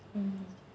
mm